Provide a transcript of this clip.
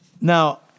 Now